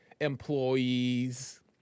employees